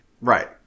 Right